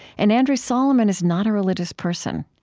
and andrew solomon is not a religious person.